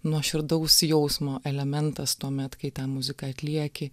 nuoširdaus jausmo elementas tuomet kai ten muziką atlieki